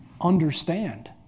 understand